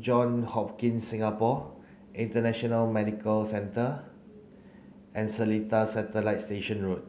Johns Hopkins Singapore International Medical Centre and Seletar Satellite Station Road